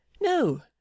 No